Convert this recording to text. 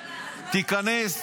תיכנס,